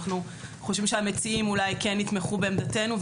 אנחנו חושבים שהמציעים אולי כן יתמכו בעמדתנו,